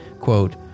quote